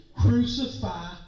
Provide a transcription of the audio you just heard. Crucify